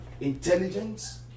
intelligence